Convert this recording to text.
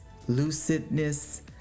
lucidness